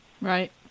right